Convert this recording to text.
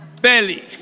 belly